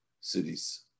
cities